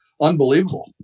unbelievable